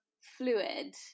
fluid